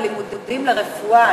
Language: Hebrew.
בלימודי רפואה,